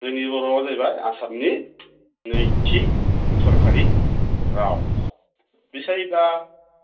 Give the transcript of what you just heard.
जोंनि बर'आ जाहैबाय आसामनि नैथि सरकारि राव बिसाइबा